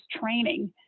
training